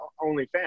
OnlyFans